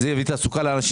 זה מה שיביא תעסוקה לאנשים,